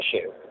issue